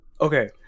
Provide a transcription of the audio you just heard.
okay